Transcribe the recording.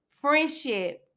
friendship